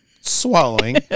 swallowing